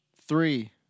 Three